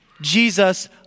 Jesus